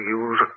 use